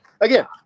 again